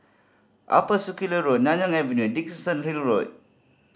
Upper Circular Road Nanyang Avenue Dickenson Hill Road